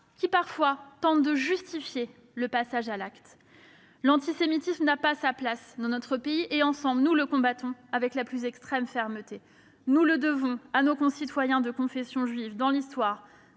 et, parfois, tente de justifier le passage à l'acte. L'antisémitisme n'a pas sa place dans ce pays. Nous le combattons avec la plus extrême fermeté. Nous le devons à nos concitoyens de confession juive dont l'histoire,